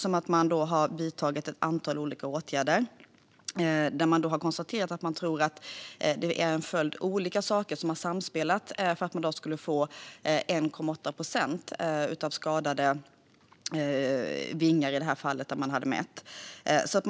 Man har vidtagit ett antal olika åtgärder och konstaterat att man tror att det är en rad olika saker som har samspelat så att andelen skadade vingar uppmätts till 1,8 procent.